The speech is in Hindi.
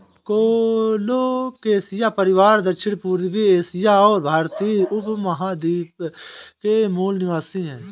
कोलोकेशिया परिवार दक्षिणपूर्वी एशिया और भारतीय उपमहाद्वीप के मूल निवासी है